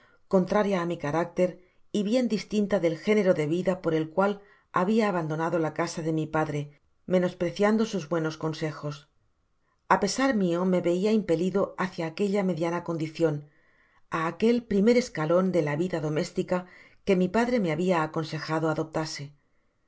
contraria á mi oaráctar y bien distinta del género de vida por él cual habia abandonado la casa de mi padre menospreciando sus buenos consejos a pesar mio me veia impelido hácia aquella mediana condicion á aquel primer escalon de la vida doméstica que mi padre me habia aconsejado adoptase